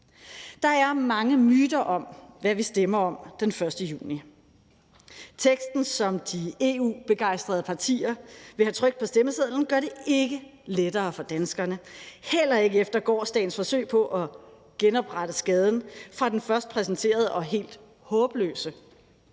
Der er mange myter om, hvad vi stemmer om den 1. juni. Teksten, som de EU-begejstrede partier vil have trykt på stemmesedlen, gør det ikke lettere for danskerne, heller ikke efter gårsdagens forsøg på at genoprette skaden fra den først præsenterede og helt håbløse